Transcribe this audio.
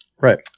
Right